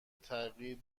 تغییر